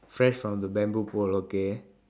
fresh from the bamboo pole okay